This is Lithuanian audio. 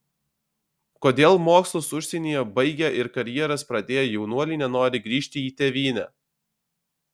kodėl mokslus užsienyje baigę ir karjeras pradėję jaunuoliai nenori grįžti į tėvynę